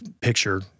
picture